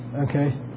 Okay